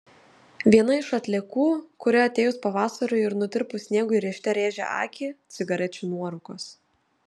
viena iš atliekų kuri atėjus pavasariui ir nutirpus sniegui rėžte rėžia akį cigarečių nuorūkos